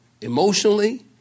Emotionally